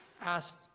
asked